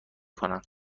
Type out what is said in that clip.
کنم